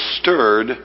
stirred